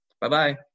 Bye-bye